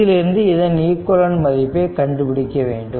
இதிலிருந்து இதன் ஈக்விவலெண்ட் மதிப்பை கண்டுபிடிக்க வேண்டும்